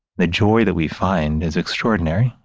the joy that we find is extraordinary.